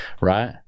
right